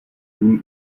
kůň